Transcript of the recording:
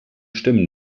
stimmen